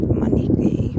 money